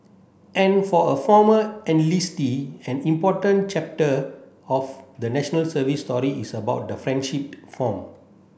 and for a former enlistee an important chapter of the National Service story is about the friendship formed